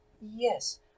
Yes